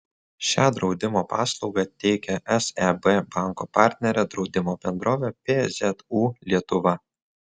šią draudimo paslaugą teikia seb banko partnerė draudimo bendrovė pzu lietuva